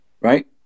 right